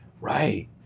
Right